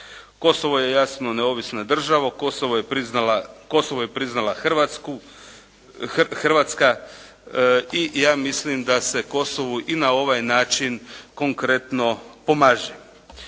Kosovo je jasno neovisna država. Kosovo je priznala Hrvatsku, Hrvatska i ja mislim da se Kosovu i na ovaj način konkretno pomaže.